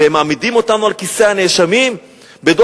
והם מושיבים אותנו על כיסא הנאשמים בדוח-גולדסטון,